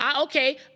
Okay